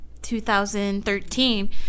2013